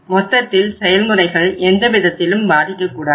மொத்தத்தில் செயல்முறைகள் எந்த விதத்திலும் பாதிக்கக்கூடாது